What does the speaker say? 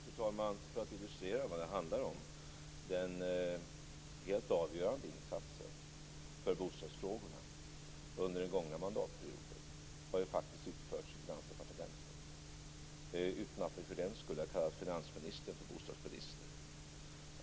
Fru talman! Låt mig illustrera vad det handlar om. Den helt avgörande insatsen för bostadsfrågorna under den gångna mandatperioden har utförts av Finansdepartementet. För den skull har vi inte kallat finansministern för bostadsminister.